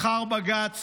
מחר בג"ץ